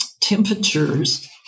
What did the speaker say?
temperatures